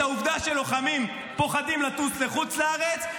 את העובדה שלוחמים פוחדים לטוס לחוץ לארץ,